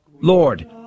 Lord